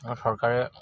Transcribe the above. চৰকাৰে